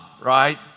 right